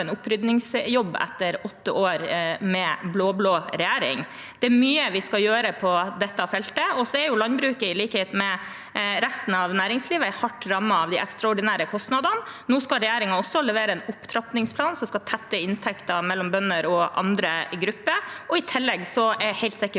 opprydningsjobb etter åtte år med blå-blå regjering. Det er mye vi skal gjøre på dette feltet. Så er jo landbruket, i likhet med resten av næringslivet, hardt rammet av de ekstraordinære kostnadene. Nå skal regjeringen også levere en opptrappingsplan som skal tette inntektsgapet mellom bønder og andre grupper, og i tillegg er jeg helt sikker